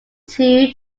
two